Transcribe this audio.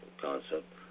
concept